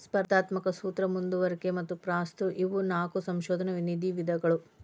ಸ್ಪರ್ಧಾತ್ಮಕ ಸೂತ್ರ ಮುಂದುವರಿಕೆ ಮತ್ತ ಪಾಸ್ಥ್ರೂ ಇವು ನಾಕು ಸಂಶೋಧನಾ ನಿಧಿಯ ವಿಧಗಳು